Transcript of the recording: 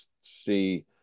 see